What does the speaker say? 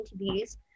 interviews